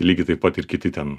lygiai taip pat ir kiti ten